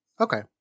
Okay